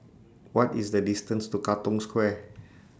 What IS The distance to Katong Square